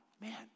man